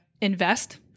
invest